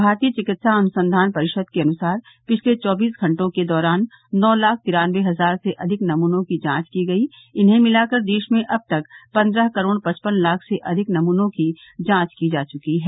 भारतीय चिकित्सा अनुसंधान परिषद के अनुसार पिछले चौबीस घटों के दौरान नौ लाख तिरानबे हजार से अधिक नमूनों की जांच की गई इन्हें मिलाकर देश में अब तक पन्द्रह करोड़ पचपन लाख से अधिक नमूनों की जांच की जा चुकी है